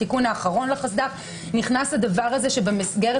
התיקון האחרון לחסד"פ נכנס הדבר הזה שבמסגרת